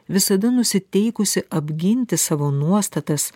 visada nusiteikusi apginti savo nuostatas